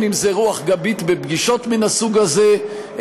אם רוח גבית בפגישות מן הסוג הזה,